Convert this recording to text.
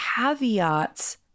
caveats